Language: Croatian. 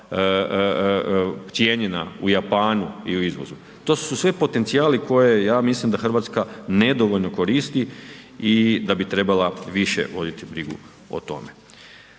cijenjena u Japanu i u izvozu. To su sve potencijali koje ja mislim da Hrvatska nedovoljno koristi i da bi trebala više voditi brigu o tome.